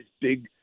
big